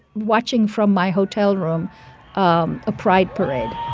watching from my hotel room um a pride parade